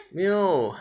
没有